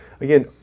Again